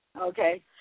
Okay